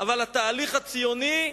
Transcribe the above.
אבל התהליך הציוני,